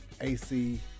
AC